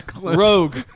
Rogue